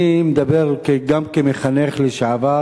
אני מדבר גם כמחנך לשעבר